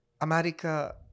america